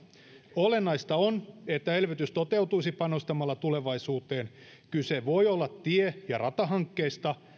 olennaista on että elvytys toteutuisi panostamalla tulevaisuuteen kyse voi olla tie ja ratahankkeista